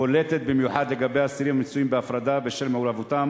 בולטת במיוחד לגבי אסירים המצויים בהפרדה בשל מעורבותם